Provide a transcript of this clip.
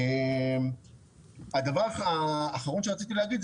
הדבר האחרון שרציתי להגיד,